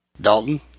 Dalton